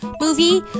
movie